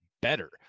better